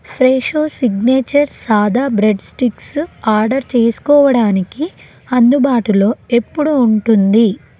Fresho signature సాదా bread sticks order చేసుకోవడానికి అందుబాటులో ఎప్పుడూ ఉంటుంది